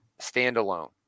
standalone